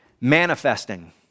Manifesting